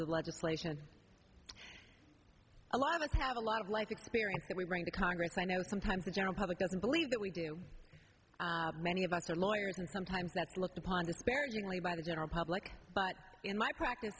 the legislation a lot of have a lot of life experience that we bring to congress i know sometimes the general public doesn't believe that we do many of us are lawyers and sometimes that's looked upon disparagingly by the general public but in my practice